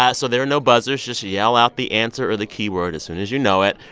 ah so there are no buzzers. just yell out the answer or the keyword as soon as you know it.